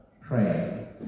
pray